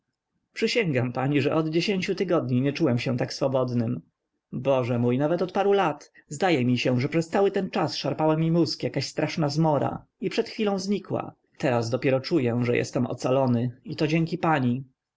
przysięgam pani że od dziesięciu tygodni nie czułem się tak swobodnym boże mój nawet od paru lat zdaje mi się że przez cały ten czas szarpała mi mózg jakaś straszna zmora i przed chwilą znikła teraz dopiero czuję że jestem ocalony i to dzięki pani